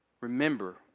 remember